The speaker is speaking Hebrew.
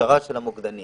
ההכשרה של המוקדנים,